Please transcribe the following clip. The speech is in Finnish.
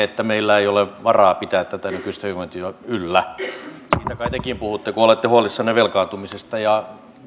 että meillä ei ole varaa pitää tätä nykyistä hyvinvointia yllä siitä kai tekin puhutte kun olette huolissanne velkaantumisesta ja